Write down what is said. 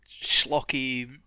schlocky